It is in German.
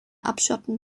abschotten